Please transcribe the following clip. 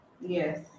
yes